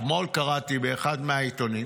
אתמול קראתי באחד מהעיתונים